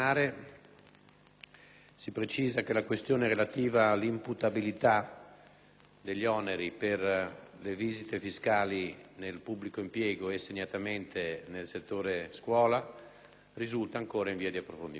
sociali*. La questione relativa alla imputabilità degli oneri per le visite fiscali nel pubblico impiego - e, segnatamente, nel settore della scuola - risulta ancora in via di approfondimento,